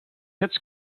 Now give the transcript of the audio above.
hits